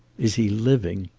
is he living?